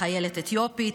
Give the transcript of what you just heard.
חיילת אתיופית,